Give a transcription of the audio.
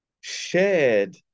shared